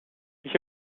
ich